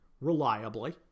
reliably